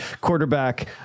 quarterback